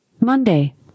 Monday